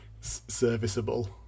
serviceable